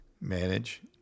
manage